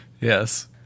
yes